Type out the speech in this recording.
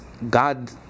God